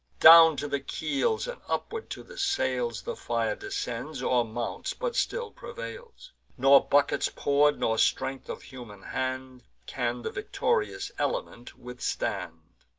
down to the keels, and upward to the sails, the fire descends, or mounts, but still prevails nor buckets pour'd, nor strength of human hand, can the victorious element withstand.